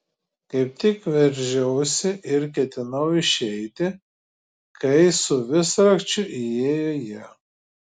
kaip tik veržiausi ir ketinau išeiti kai su visrakčiu įėjo jie